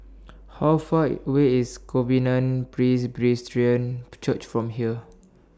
How Far away IS Covenant Church from here